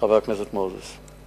חבר הכנסת מוזס.